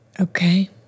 Okay